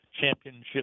Championship